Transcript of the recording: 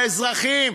האזרחים.